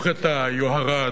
הוא חטא היוהרה,